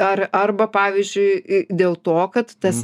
ar arba pavyzdžiui dėl to kad tas